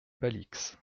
palix